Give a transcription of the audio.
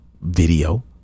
video